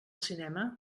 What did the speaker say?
cinema